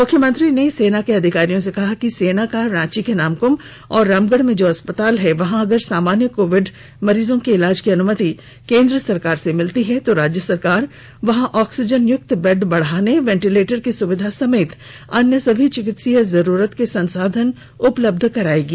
मुख्यमंत्री ने सेना के अधिकारियों से कहा कि सेना का रांची के नामक्म और रामगढ़ में जो अस्पताल हैं वहां अगर सामान्य कोविड मरीजों के इलाज की अनुमति केंद्र सरकार से मिलती है तो राज्य सरकार वहां ऑक्सीजन युक्त बेड़ बढ़ाने वेंटीलेटर की सुविधा समेत अन्य सभी चिकित्सीय जरूरत के संसाधनों को उपलब्ध कराएगी